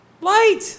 Light